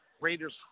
Raiders